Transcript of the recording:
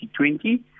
2020